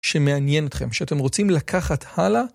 שמעניין אתכם, שאתם רוצים לקחת הלאה